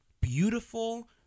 beautiful